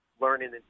Learning